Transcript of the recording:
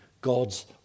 God's